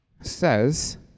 Says